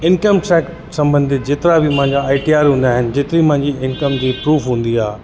income सां संबंधित जेतिरा बि मुंहिंजा आई टी आर हूंदा आहिनि जेतिरी मुंहिंजी इंकम जी प्रूफ़ हूंदी आहे